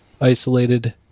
isolated